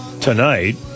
tonight